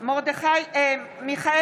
מיכאל מרדכי ביטון,